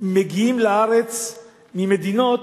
מגיעים לארץ ממדינות,